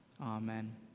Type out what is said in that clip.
Amen